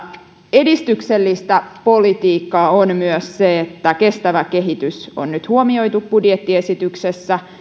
edistyksellistä politiikkaa on myös se että kestävä kehitys on nyt huomioitu budjettiesityksessä